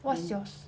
what's yours